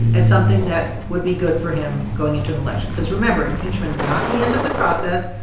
as something that would be good for him going into an election because, remember, impeachment is not the end of the process.